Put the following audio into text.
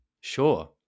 sure